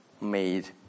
made